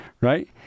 right